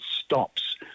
stops